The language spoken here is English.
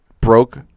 broke